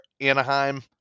Anaheim